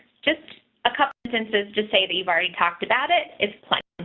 just a competence is to say that you've already talked about it is plenty.